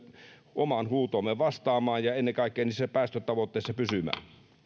omaan huutoomme vastaamaan ja ennen kaikkea päästötavoitteissa pysymään